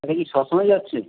সবাই কি সব সময় যাচ্ছে